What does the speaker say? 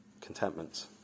Contentment